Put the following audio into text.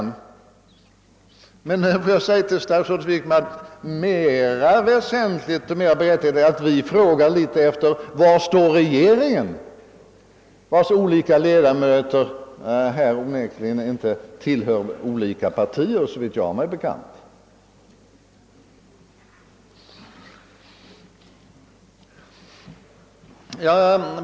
Nu vill jag emellertid säga till statsrådet Wickman, att det är mer väsentligt och mer berättigat att vi frågar var regeringen står; dess ledamöter tillhör ju inte olika partier, såvitt jag har mig bekant.